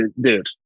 dude